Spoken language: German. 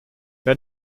wer